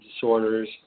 disorders